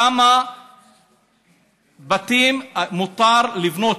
כמה בתים מותר לבנות,